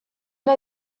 der